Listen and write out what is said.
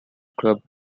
club